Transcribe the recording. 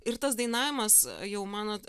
ir tas dainavimas jau manot